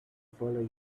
follow